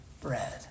bread